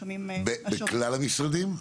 בכלל המשרדים?